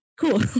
cool